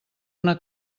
una